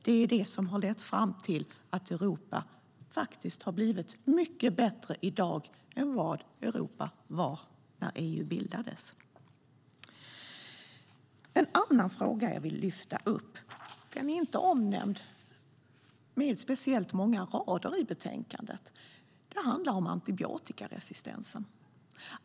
Det har lett fram till att Europa har blivit mycket bättre i dag än vad Europa var när EU bildades. En annan fråga jag vill lyfta upp är inte omnämnd med speciellt många rader i utlåtandet. Den handlar om antibiotikaresistensen.